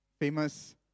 famous